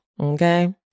okay